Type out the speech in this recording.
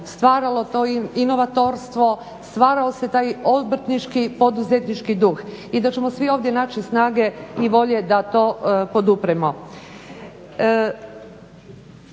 stvaralo to inovatorstvo, stvarao se taj obrtnički poduzetnički duh. I da ćemo svi ovdje naći snage i volje da to podupremo.